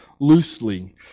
loosely